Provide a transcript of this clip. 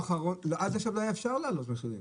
--- עד עכשיו לא היה אפשר להעלות מחירים.